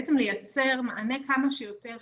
בעצם לייצר מענה כמה שיותר